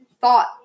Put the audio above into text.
thought